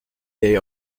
day